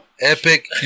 Epic